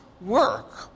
work